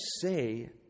say